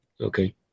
Okay